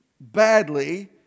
badly